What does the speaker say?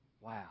Wow